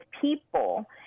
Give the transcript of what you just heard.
people